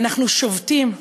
אנחנו שובתים,